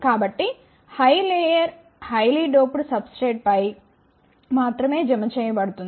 కాబట్టి high layer highly doped substrate పై మాత్రమే జమ చేయ బడుతుంది